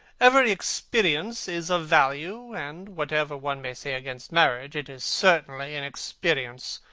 every experience is of value, and whatever one may say against marriage, it is certainly an experience.